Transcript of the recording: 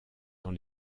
dans